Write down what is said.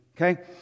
Okay